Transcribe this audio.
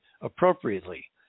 appropriately